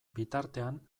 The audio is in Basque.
bitartean